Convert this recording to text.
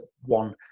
one